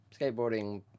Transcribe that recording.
skateboarding